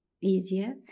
easier